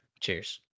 Cheers